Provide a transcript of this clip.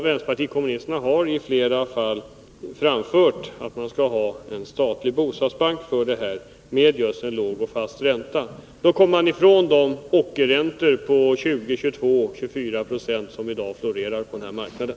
Vänsterpartiet kommunisterna har i flera fall framhållit att man bör ha en statlig bostadsbank med tanke på just detta med en låg och fast ränta. Då skulle man komma ifrån de ockerräntor på 20, 22 eller 24 70 som i dag florerar på den här marknaden.